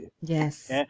Yes